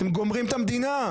אתם גומרים את המדינה.